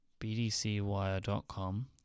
bdcwire.com